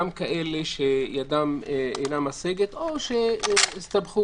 גם כאלה שידם אינה משגת או שהסתבכו